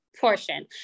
portion